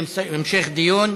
התשע"ח 2018,